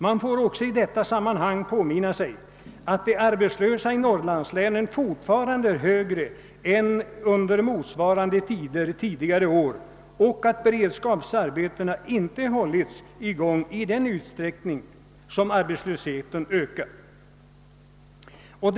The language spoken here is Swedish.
Man får också i detta sammanhang påminna sig att siffran för de arbetslösa i Norrlandslänen fortfarande är högre än under motsvarande perioder tidigare år och att beredskapsarbetena inte bedrivits i en utsträckning som motsvarat arbetslöshetens stegring.